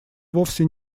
вовсе